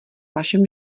vašem